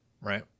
Right